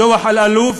דוח אלאלוף,